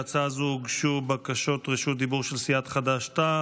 להצעה זו הוגשו בקשות רשות דיבור של סיעת חד"ש-תע"ל.